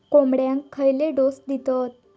कोंबड्यांक खयले डोस दितत?